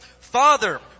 Father